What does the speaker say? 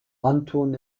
anton